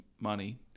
money